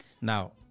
Now